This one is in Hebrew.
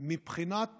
מבחינת